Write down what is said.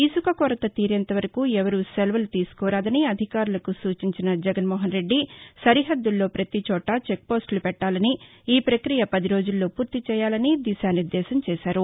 ఇసుక కొరత తీరేంత వరకు ఎవరూ సెలవులు తీసుకోరాదని అధికారులకు సూచించిన జగన్మోహన్రెడ్డి సరిహద్దుల్లో పతీ చోటా చెక్పోస్ట్లు పెట్టాలని ఈ ప్రక్రియ పది రోజుల్లో పూర్తి చేయాలని దిశానిర్దేశం చేశారు